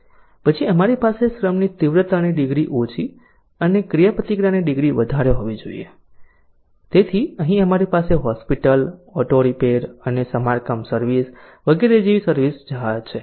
પછી અમારી પાસે શ્રમની તીવ્રતા ની ડિગ્રી ઓછી અને ક્રિયાપ્રતિક્રિયાની ડિગ્રી વધારે હોવી જોઈએ તેથી અહીં અમારી પાસે હોસ્પિટલ ઓટો રિપેર અન્ય સમારકામ સર્વિસ વગેરે જેવી સર્વિસ જહાજ છે